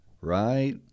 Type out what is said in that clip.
right